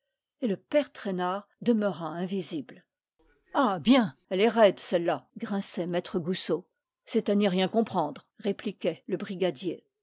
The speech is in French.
et le père traînard demeura invisible ah bien elle est raide celle-là grinçait maître goussot c'est à n'y rien comprendre répliquait le brigadier